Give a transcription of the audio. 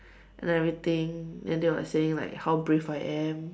and everything and they were like saying like how brave I am